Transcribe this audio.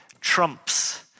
trumps